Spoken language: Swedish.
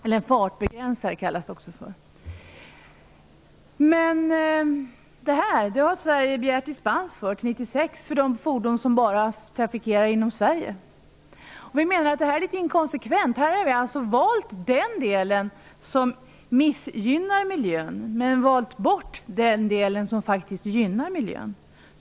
Men Sverige har begärt dispens fram till 1996 för de fordon som trafikerar bara Sverige. Vi menar att detta är inkonsekvent. Sverige har alltså valt den del som missgynnar miljön men valt bort den del som gynnar miljön.